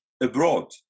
abroad